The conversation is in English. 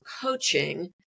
coaching